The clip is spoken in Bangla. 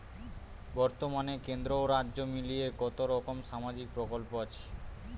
বতর্মানে কেন্দ্র ও রাজ্য মিলিয়ে কতরকম সামাজিক প্রকল্প আছে?